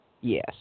Yes